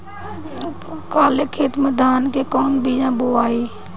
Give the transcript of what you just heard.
खाले खेत में धान के कौन बीया बोआई?